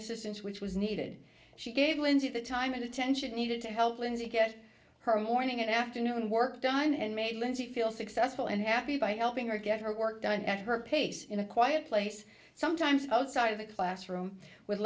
assistance which was needed she gave lindsay the time and attention needed to help lindsay get her morning and afternoon work done and made lindsay feel successful and happy by helping her get her work done at her pace in a quiet place sometimes outside of the classroom with